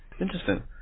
Interesting